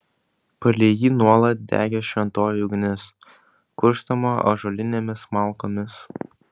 palei jį nuolat degė šventoji ugnis kurstoma ąžuolinėmis malkomis